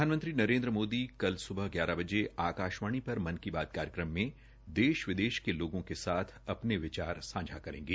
प्रधानमंत्री नरेन्द्र मोदी कल सुबह आकाशवाणी पर मन की बात कार्यक्रम में देश विदेश के लोगों के साथ विचार सांझेकरेंगे